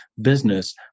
business